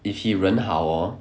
if he 人好 hor